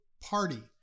party